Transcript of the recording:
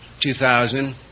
2000